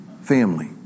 family